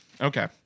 Okay